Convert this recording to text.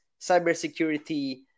cybersecurity